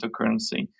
cryptocurrency